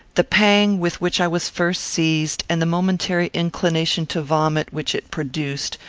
the pang with which i was first seized, and the momentary inclination to vomit, which it produced,